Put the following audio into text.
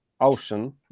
ocean